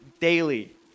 daily